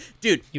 dude